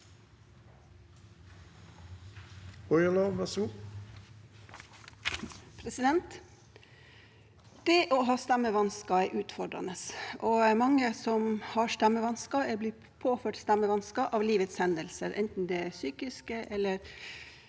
Det å ha stemmevan- sker er utfordrende. Mange som har stemmevansker, er blitt påført stemmevansker av livets hendelser, enten det er psykiske eller